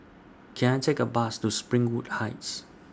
Can I Take A Bus to Springwood Heights